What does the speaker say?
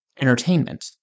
Entertainment